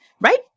right